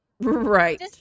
right